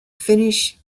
finnish